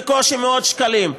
בקושי מאות שקלים.